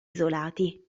isolati